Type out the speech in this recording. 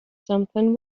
something